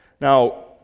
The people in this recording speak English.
Now